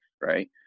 right